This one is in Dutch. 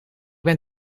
ben